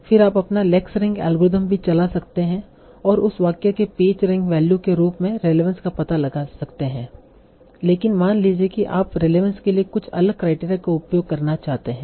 फिर आप अपना लेक्सरैंक अल्गोरिथम भी चला सकते हैं और उस वाक्य के पेज रैंक वैल्यू के रूप में रेलेवंस का पता लगा सकते हैं लेकिन मान लीजिए कि आप रेलेवंस के लिए कुछ अलग क्राइटेरिया का उपयोग करना चाहते हैं